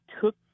took